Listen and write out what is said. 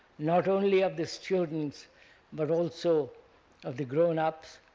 not only of the students but also of the grown-ups,